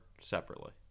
separately